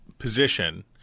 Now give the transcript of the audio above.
position